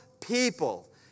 people